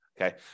Okay